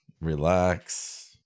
relax